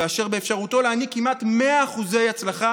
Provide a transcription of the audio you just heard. ואשר באפשרותו להעניק כמעט 100% הצלחה